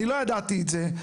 אני לא ידעתי את זה,